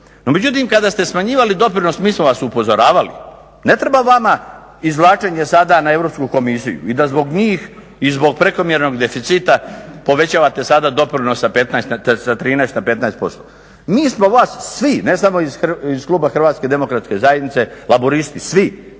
međutim kada ste smanjivali doprinos mi smo vas upozoravali. Ne treba vama izvlačenje sada na Europsku komisiju i da zbog njih i zbog prekomjernog deficita povećavate sada doprinos sa 13 na 15%. Mi smo vas svi ne samo iz kluba HDZ-a, Laburisti, svi